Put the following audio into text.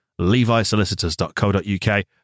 levisolicitors.co.uk